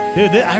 Dude